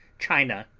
china,